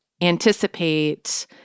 anticipate